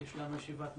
כי יש לנו ישיבת נשיאות,